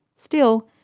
still,